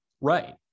Right